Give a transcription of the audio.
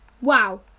Wow